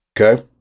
okay